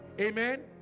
amen